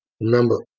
Remember